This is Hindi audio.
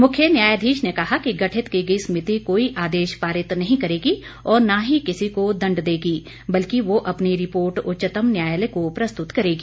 मुख्य न्यायाधीश ने कहा कि गठित की गई समिति कोई आदेश पारित नहीं करेगी और न ही किसी को दंड देगी बल्कि वह अपनी रिपोर्ट उच्चतम न्यायालय को प्र स्तुत करेगी